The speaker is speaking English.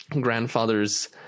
grandfather's